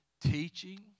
teaching